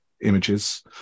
images